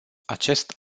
acest